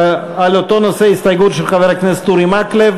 באותו נושא, הסתייגות של חבר הכנסת אורי מקלב.